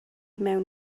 mewn